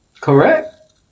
Correct